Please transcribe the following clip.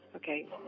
Okay